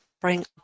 bring